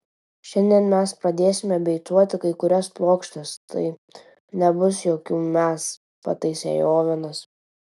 šiandien mes pradėsime beicuoti kai kurias plokštes tai nebus jokių mes pataisė ją ovenas